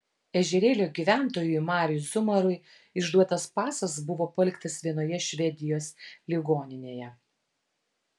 ežerėlio gyventojui mariui zumarui išduotas pasas buvo paliktas vienoje švedijos ligoninėje